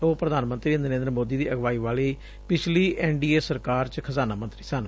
ਉਹ ਪ੍ਰਧਾਨ ਮੰਤਰੀ ਨਰੇਦਰ ਮੋਦੀ ਦੀ ਅਗਵਾਈ ਵਾਲੀ ਪਿਛਲੀ ਐਨਡੀਏ ਸਰਕਾਰ ਚ ਖਜਾਨਾ ਮੰਤਰੀ ਸਨ